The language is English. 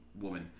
woman